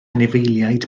anifeiliaid